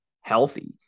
healthy